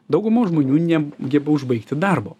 daugumos žmonių ne geba užbaigti darbo